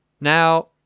Now